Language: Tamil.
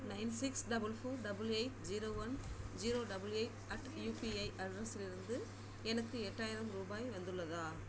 nine six double four double eight zero one zero double eight at UPI அட்ரஸிலிருந்து எனக்கு எட்டாயிரம் ரூபாய் வந்துள்ளதா